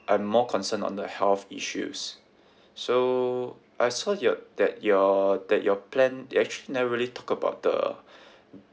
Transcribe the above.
I'm more concerned on the health issues so I saw your that your that your plan it actually never really talk about the